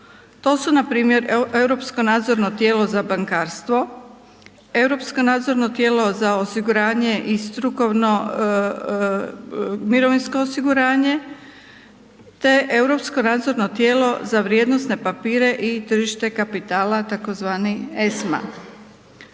To su npr. Europsko nadzorno tijelo za bankarstvo, Europsko nadzorno tijelo za osiguranje i strukovno mirovinsko osiguranje te Europsko nadzorno tijelo za vrijednosne papire i tržište kapitala, tzv. ESMA.